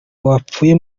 wapfuye